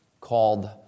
called